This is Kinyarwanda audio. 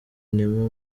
neema